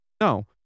no